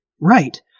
right